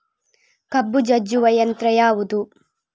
ಕಬ್ಬು ಜಜ್ಜುವ ಯಂತ್ರ ಯಾವುದು?